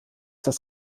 das